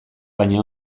baina